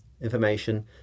information